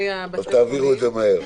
תעבירו את זה מהר.